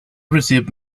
received